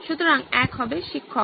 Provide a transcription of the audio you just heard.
সুতরাং এক হবে শিক্ষক